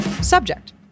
Subject